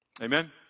Amen